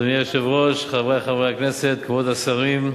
אדוני היושב-ראש, חברי חברי הכנסת, כבוד השרים,